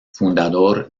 fundador